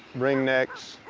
ringnecks,